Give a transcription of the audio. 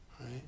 Right